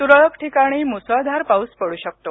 तुरळक ठिकाणी मुसळधार पाऊस पडू शकतो